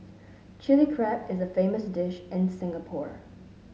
Chilli Crab is a famous dish in Singapore